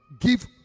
Give